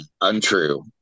untrue